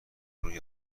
روی